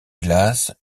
glace